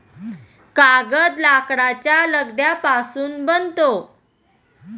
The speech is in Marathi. कागद लाकडाच्या लगद्यापासून बनतो